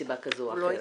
מסיבה כזו או אחרת.